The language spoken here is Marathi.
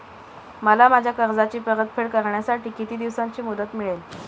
मला माझ्या कर्जाची परतफेड करण्यासाठी किती दिवसांची मुदत मिळेल?